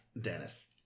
Dennis